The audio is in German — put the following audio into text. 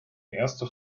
erste